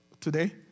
today